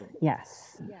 yes